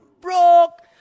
broke